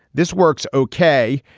this works, okay?